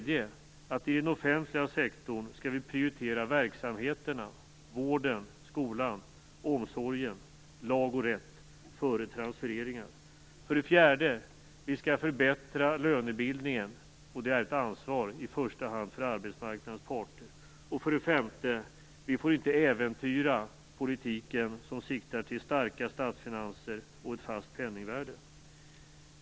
I den offentliga sektorn skall vi prioritera verksamheterna - vården, skolan, omsorgen, lag och rätt - före transfereringar. 4. Vi skall förbättra lönebildningen. Det är ett ansvar i första hand för arbetsmarknadens parter. 5. Vi får inte äventyra politiken som siktar till starka statsfinanser och ett fast penningvärde.